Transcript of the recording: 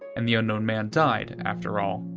and the unknown man died, after all,